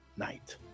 night